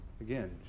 Again